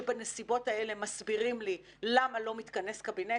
כשבנסיבות האלה מסבירים לי למה לא מתכנס קבינט.